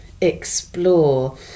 explore